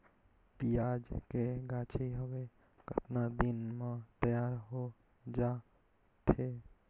पियाज के गाछी हवे कतना दिन म तैयार हों जा थे?